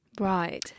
Right